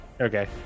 Okay